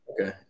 okay